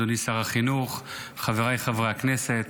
אדוני שר החינוך, חבריי חברי הכנסת,